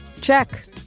check